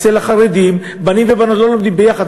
אצל החרדים בנים ובנות לא לומדים ביחד,